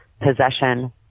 possession